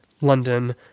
London